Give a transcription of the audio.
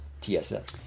TSS